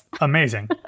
amazing